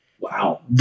Wow